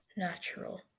Natural